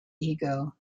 ego